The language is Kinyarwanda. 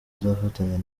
azafatanya